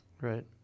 right